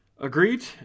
Agreed